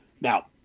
Now